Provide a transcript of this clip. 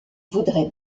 voudrait